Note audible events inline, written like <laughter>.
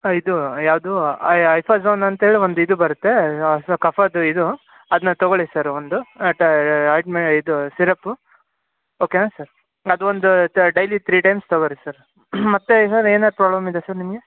ಹಾಂ ಇದು ಯಾವುದು ಐಫಾಝೋನ್ ಅಂತೇಳಿ ಒಂದು ಇದು ಬರುತ್ತೆ ಕಫದ್ದು ಇದು ಅದನ್ನ ತಗೊಳ್ಳಿ ಸರ್ ಒಂದು <unintelligible> ಐದು ಮೇ ಇದು ಸಿರಪು ಓಕೆ ನಾ ಸರ್ ಅದೊಂದು ಡೈಲಿ ತ್ರೀ ಟೈಮ್ಸ್ ತಗೋರೀ ಸರ್ ಮತ್ತು ಏನಾರ ಏನಾರ ಪ್ರಾಬ್ಲಮ್ ಇದೆಯಾ ಸರ್ ನಿಮಗೆ